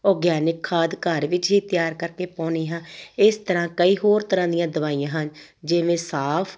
organic ਖਾਦ ਘਰ ਵਿੱਚ ਹੀ ਤਿਆਰ ਕਰਕੇ ਪਾਉਂਦੀ ਹਾਂ ਇਸ ਤਰ੍ਹਾਂ ਕਈ ਹੋਰ ਤਰ੍ਹਾਂ ਦੀਆਂ ਦਵਾਈਆਂ ਹਨ ਜਿਵੇਂ ਸਾਫ਼